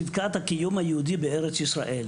וצדקת הקיום היהודי בארץ ישראל.